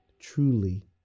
truly